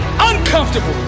uncomfortable